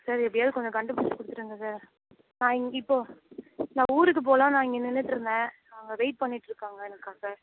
sir எப்படியாவது கொஞ்சம் கண்டு பிடிச்சி கொடுத்துருங்க சார் நான் ஆ இப்போது நான் ஊருக்கு போகலான்னு நான் இங்கே நின்றுட்ருந்தேன் அங்கே வெயிட் பண்ணிட்டுருப்பாங்க எனக்காக